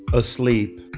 asleep.